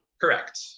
Correct